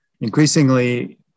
increasingly